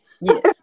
Yes